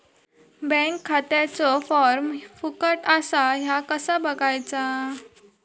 Bank खात्याचो form फुकट असा ह्या कसा बगायचा?